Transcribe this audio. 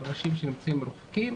על אנשים שנוסעים למרחקים,